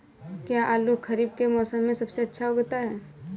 क्या आलू खरीफ के मौसम में सबसे अच्छा उगता है?